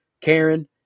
Karen